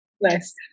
Nice